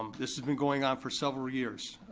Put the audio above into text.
um this has been going on for several years,